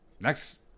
next